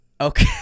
okay